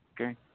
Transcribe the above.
Okay